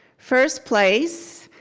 first place,